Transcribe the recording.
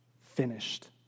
finished